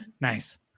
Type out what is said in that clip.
Nice